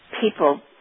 people